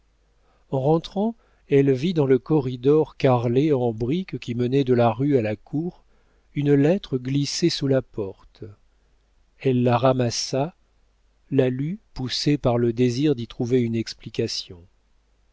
en rentrant elle vit dans le corridor carrelé en briques qui menait de la rue à la cour une lettre glissée sous la porte elle la ramassa la lut poussée par le désir d'y trouver une explication